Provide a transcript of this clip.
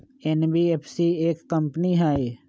NBFC एक company हई?